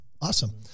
Awesome